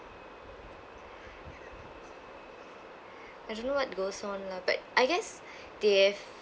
I don't know what goes on lah but I guess they have